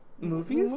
Movies